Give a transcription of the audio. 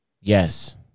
Yes